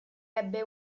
ebbe